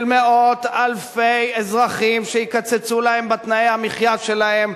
מאות אלפי אזרחים שיקצצו להם בתנאי המחיה שלהם: